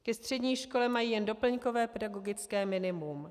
Ke střední škole mají jen doplňkové pedagogické minimum.